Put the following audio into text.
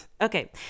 okay